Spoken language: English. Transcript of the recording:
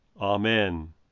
Amen